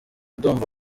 ndumva